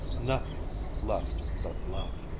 nothing left but love.